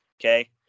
okay